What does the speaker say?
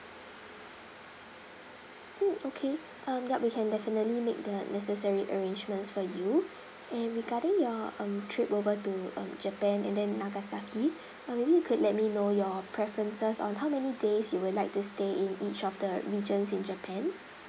mm okay um yup we can definitely make the necessary arrangements for you and regarding your um trip over to um japan and then nagasaki uh maybe you could let me know your preferences on how many days you would like to stay in each of the regions in japan